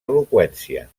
eloqüència